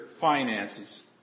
finances